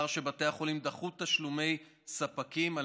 לאחר שבתי החולים דחו תשלומי ספקים על